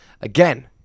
Again